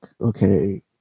okay